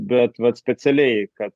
bet vat specialiai kad